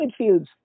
midfields